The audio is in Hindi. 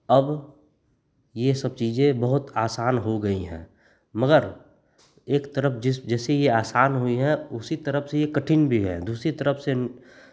अब यह सब चीज़ें बहुत आसान हो गई हैं मगर एक तरफ़ जिस जैसी यह आसान हुई है उसी तरफ़ से यह कठिन भी है दूसरी तरफ़ से